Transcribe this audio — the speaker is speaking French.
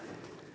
Merci